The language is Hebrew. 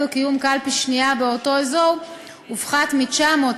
קיום קלפי שנייה באותו אזור הופחת מ-900,